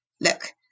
look